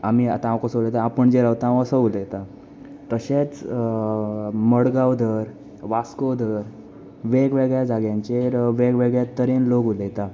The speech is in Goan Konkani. आमी आतां हांव कसो उलयता हांव पणजे रावतां असो उलयता तशेंच मडगांव धर वास्को धर वेग वेगळ्या जाग्यांचेर वेग वेगळ्या तरेन लोग उलयता